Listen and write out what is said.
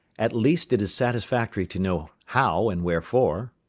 at least it is satisfactory to know how and wherefore.